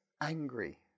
angry